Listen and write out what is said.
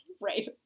Right